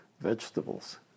vegetables